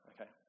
okay